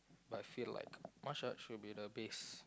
but feel like martial art should be the base